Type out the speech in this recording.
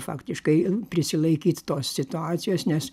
faktiškai prisilaikyt tos situacijos nes